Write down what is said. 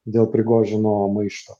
dėl prigožino maišto